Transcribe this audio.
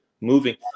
moving